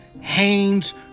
Haynes